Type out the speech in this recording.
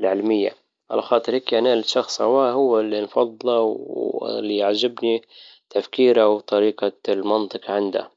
العلمية على خاطرك ينال شخص هو اللي نفضله واللي يعجبني تفكيره وطريقة المنطج عنده